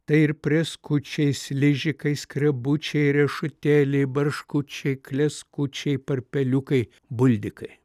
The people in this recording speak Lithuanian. tai ir prėskučiai sližikai skrebučiai riešutėliai barškučiai kleckučiai parpeliukai buldikai